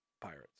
pirates